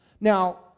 Now